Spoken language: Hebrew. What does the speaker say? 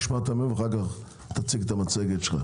נשמע את מרכז המחקר